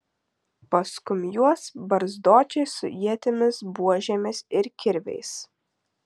paskum juos barzdočiai su ietimis buožėmis ir kirviais